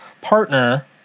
partner